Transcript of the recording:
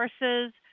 resources